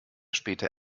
später